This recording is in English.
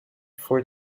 for